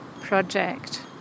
project